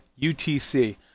UTC